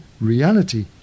reality